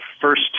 first